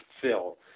fill